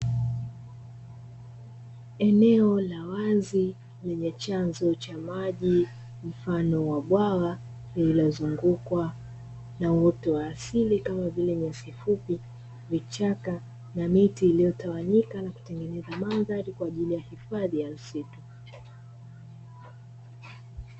Eneo la wazi lenye chanzo cha maji mfano wa bwawa lililozungukwa na uoto wa asili kama vile nyasi fupi, vichaka na miti iliyotawanyika kutengeneza mandhari kwaajili ya hifadhi ya misitu.